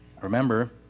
remember